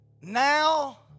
Now